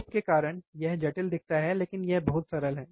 probe के कारण यह जटिल दिखता है लेकिन यह बहुत सरल है